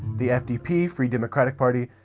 the fdp, free democratic party,